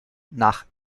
nach